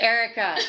Erica